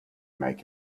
make